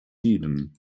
tiden